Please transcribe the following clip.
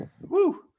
Woo